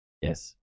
Yes